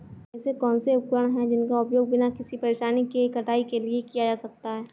ऐसे कौनसे उपकरण हैं जिनका उपयोग बिना किसी परेशानी के कटाई के लिए किया जा सकता है?